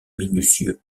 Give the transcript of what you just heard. minutieux